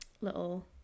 little